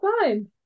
fine